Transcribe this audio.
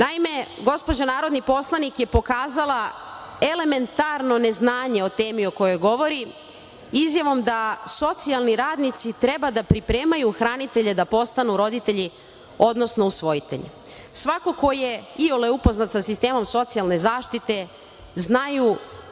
lično. Gospođa narodni poslanik je pokazala elementarno neznanje o temi o kojoj govori izjavom da socijalni radnici treba da pripremaju hranitelje da postanu roditelji, odnosno usvojitelji. Svako ko je iole upoznat sa sistemom socijalne zaštite zna